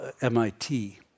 MIT